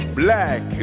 black